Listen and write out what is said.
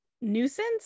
nuisance